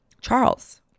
Charles